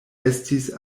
estis